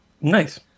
nice